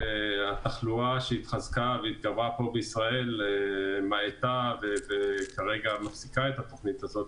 התחלואה שהתגברה פה בישראל היתה ומחזיקה את התוכנית הזאת,